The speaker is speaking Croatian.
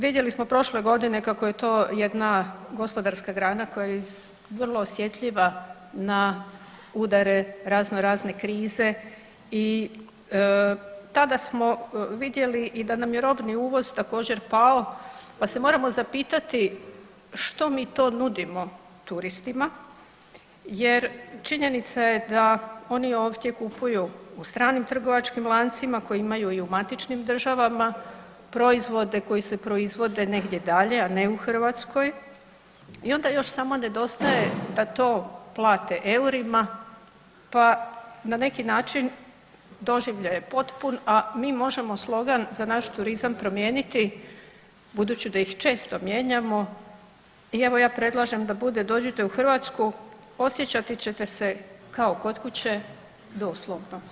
Vidjeli smo prošle godine kako je to jedna gospodarska grana koja je vrlo osjetljiva na udare razno razne krize i tada smo vidjeli i da nam je robni uvoz također pao pa se moramo zapitati što mi to nudimo turistima jer činjenica je da oni ovdje kupuju u stranim trgovačkim lancima koje imaju i u matičnim državama, proizvode koji se proizvode negdje dalje, a ne u Hrvatskoj i onda još samo nedostaje da to plate EUR-ima pa na neki način doživljaj je potpun, a mi možemo za naš turizam promijeniti budući da ih često mijenjamo i evo ja predlažem da bude „Dođite u Hrvatsku osjećati ćete se kao kod kuće doslovno“